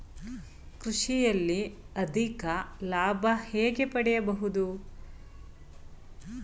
ಕೃಷಿಯಲ್ಲಿ ಅಧಿಕ ಲಾಭ ಹೇಗೆ ಪಡೆಯಬಹುದು?